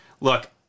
look